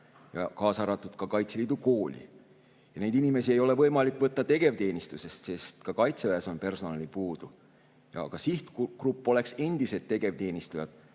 kaasa arvatud Kaitseliidu kooli. Neid inimesi ei ole võimalik võtta tegevteenistusest, sest ka Kaitseväes on personali puudu. Sihtgrupp oleks endised tegevteenistujad,